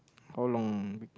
how long be